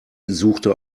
suchte